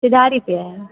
सिधारी पर है